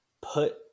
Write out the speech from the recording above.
put